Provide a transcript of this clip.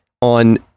on